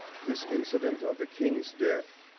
this incident of the king's death,